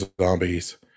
zombies